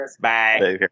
Bye